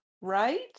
right